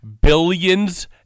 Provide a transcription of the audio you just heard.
billions